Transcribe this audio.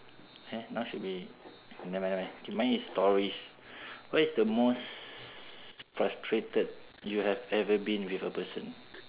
!huh! now should be never mind never mind K mine is stories what is the most frustrated you have ever been with a person